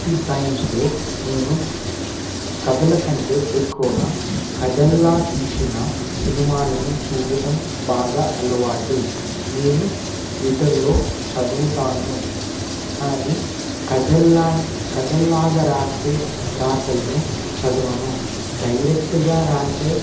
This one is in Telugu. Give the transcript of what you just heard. ది టైమ్స్లో నేను కథల కంటే ఎక్కువగా కథలాగ తీసిన సినిమాలను చూడటం బాగా అలవాటు నేను ట్విటర్లో చదువుతాను కానీ కథలాగ కథలాగ రాసే రాతలను చదవను డైరెక్ట్గా రాసే